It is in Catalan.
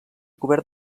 cobert